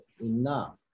enough